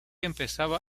empezaba